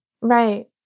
Right